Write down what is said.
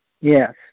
Yes